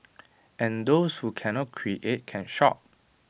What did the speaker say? and those who cannot create can shop